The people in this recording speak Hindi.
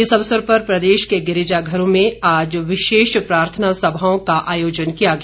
इस अवसर प्रदेश के गिरिजाघरों में आज विशेष प्रार्थना सभाओं का आयोजन किया गया